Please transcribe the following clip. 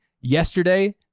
yesterday